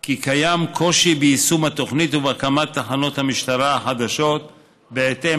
כי קיים קושי ביישום התוכנית ובהקמת תחנות המשטרה החדשות בהתאם